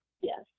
Yes